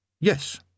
Yes